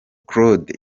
claude